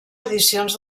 edicions